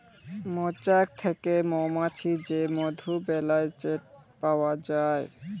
মচাক থ্যাকে মমাছি যে মধু বেলায় সেট পাউয়া যায়